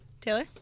taylor